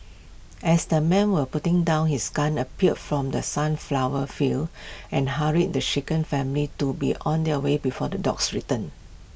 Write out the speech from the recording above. as the man were putting down his gun appeared from the sunflower fields and hurried the shaken family to be on their way before the dogs return